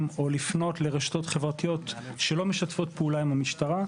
או לפנות לרשתות חברתיות שלא משתפות פעולה עם המשטרה.